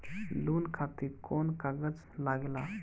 Loan खातिर कौन कागज लागेला?